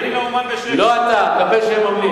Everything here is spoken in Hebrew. אני לא, לא אתה, הקמפיין.